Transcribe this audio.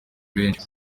benshi